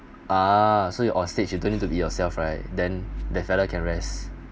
ah so you're on stage you don't need to be yourself right then that fella can rest